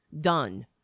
done